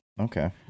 Okay